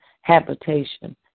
habitation